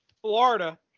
Florida